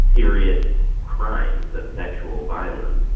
serious crime of sexual violence